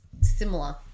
similar